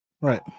right